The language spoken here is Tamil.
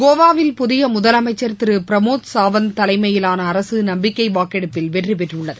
கோவாவில் புதிய முதலமைச்சர் திரு பிரமோத் சாவந்த் தலைமையிலான அரசு நம்பிக்கை வாக்கெடுப்பில் வெற்றி பெற்றுள்ளது